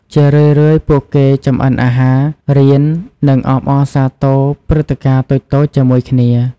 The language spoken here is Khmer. ជារឿយៗ ពួកគេចម្អិនអាហារ រៀន និងអបអរសាទរព្រឹត្តិការណ៍តូចៗជាមួយគ្នា។